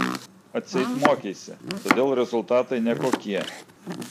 atseit mokeisi todėl rezultatai nekokie